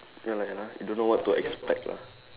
ya lah ya lah you don't know what to expect lah